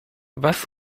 was